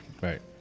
Right